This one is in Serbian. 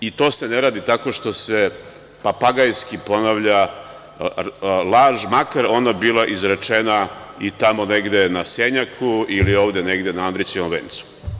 I to se ne radi tako što se papagajski ponavlja laž, makar ona bila izrečena i tamo negde na Senjaku ili ovde negde na Andrićevom vencu.